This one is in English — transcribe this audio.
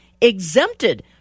exempted